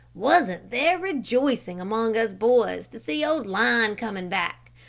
wasn't there rejoicing among us boys to see old lion coming back,